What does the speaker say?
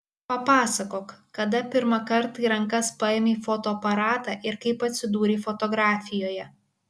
papasakok kada pirmą kartą į rankas paėmei fotoaparatą ir kaip atsidūrei fotografijoje